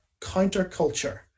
counterculture